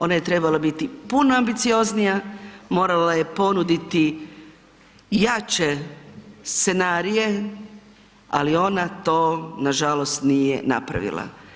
Ona je trebala biti puno ambicioznija, morala je ponuditi jače scenarije, ali ona to nažalost nije napravila.